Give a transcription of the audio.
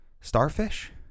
starfish